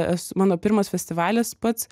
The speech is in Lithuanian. es mano pirmas festivalis pats